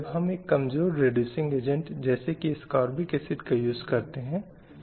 इसलिए इसे स्वतंत्रता गुणवत्ता और सहयोग के आधार पर स्त्री गौरव के दौर के रूप में पहचाना गया